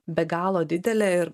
be galo didelė ir